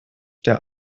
der